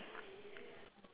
circle the